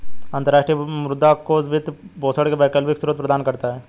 अंतर्राष्ट्रीय मुद्रा कोष वित्त पोषण के वैकल्पिक स्रोत प्रदान करता है